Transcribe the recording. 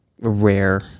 rare